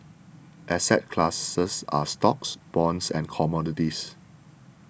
asset classes are stocks bonds and commodities